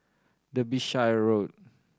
Derbyshire Road